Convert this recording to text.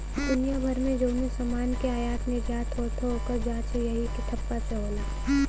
दुनिया भर मे जउनो समान के आयात निर्याट होत हौ, ओकर जांच यही के ठप्पा से होला